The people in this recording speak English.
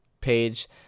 page